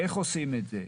איך עושים את זה?